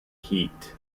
heat